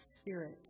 spirit